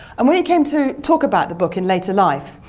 and when he came to talk about the book in later life,